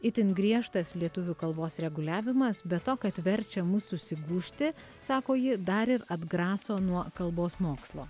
itin griežtas lietuvių kalbos reguliavimas be to kad verčia mus susigūžti sako ji dar ir atgraso nuo kalbos mokslo